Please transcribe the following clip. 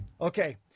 Okay